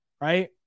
right